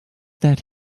that